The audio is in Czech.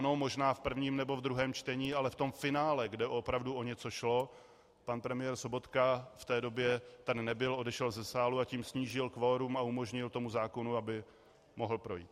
Ano, možná v prvním nebo v druhém čtení, ale v tom finále, kde opravdu o něco šlo, pan premiér Sobotka tady v té době nebyl, odešel ze sálu, a tím snížil kvorum a umožnil tomu zákonu, aby mohl projít.